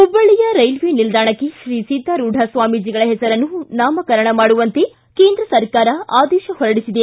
ಹುಬ್ಬಳ್ಳಿಯ ರೈಲ್ವೆ ನಿಲ್ದಾಣಕ್ಕೆ ಶ್ರೀ ಸಿದ್ಧಾರೂಢ ಸ್ವಾಮೀಜಿಗಳ ಹೆಸರನ್ನು ನಾಮಕರಣ ಮಾಡುವಂತೆ ಕೇಂದ್ರ ಸರ್ಕಾರ ಆದೇಶ ಹೊರಡಿಸಿದೆ